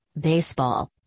baseball